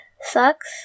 sucks